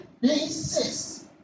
basis